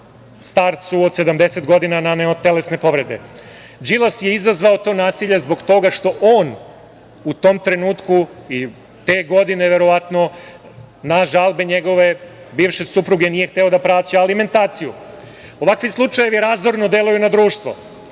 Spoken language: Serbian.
starcu od 70 godina, naneo telesne povrede. Đilas je izazvao to nasilje zbog toga što on u tom trenutku i te godine, verovatno, na žalbe njegove bivše supruge nije hteo da plaća alimentaciju. Ovakvi slučajevi razdorno deluju na društvo. Koliko